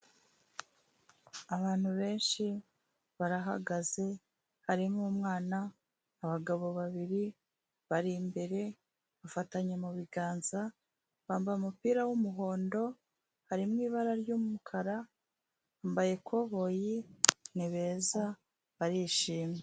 Abantu benshi, barahagaze, harimo umwana, abagabo babiri, bari imbere, bafatanye mu biganza, bambaye umupira w'umuhodo harimo ibara ry'umukara, bambaye ikoboyi, ni beza, barishimye.